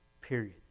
period